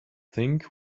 think